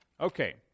Okay